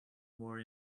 more